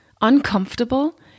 uncomfortable